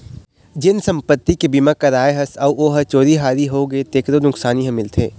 जेन संपत्ति के बीमा करवाए हस अउ ओ ह चोरी हारी होगे तेखरो नुकसानी ह मिलथे